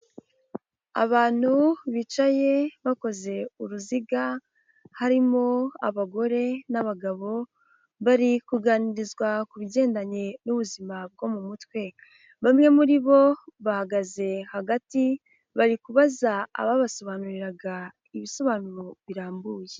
Abantu bicaye bakoze uruziga harimo abagore n'abagabo bari kuganirizwa ku bigendanye n'ubuzima bwo mu mutwe, bamwe muri bo bahagaze hagati bari kubaza ababasobanuriraga ibisobanuro birambuye.